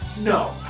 no